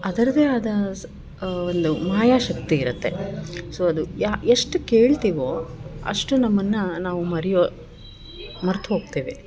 ಅದರದೇ ಆದ ಸ ಒಂದು ಮಾಯಾ ಶಕ್ತಿ ಇರುತ್ತೆ ಸೊ ಅದು ಎಷ್ಟು ಕೇಳ್ತಿವೋ ಅಷ್ಟು ನಮ್ಮನ್ನು ನಾವು ಮರೆಯೋ ಮರ್ತು ಹೋಗ್ತೇವೆ